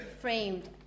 framed